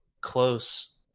close